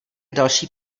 další